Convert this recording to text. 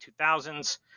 2000s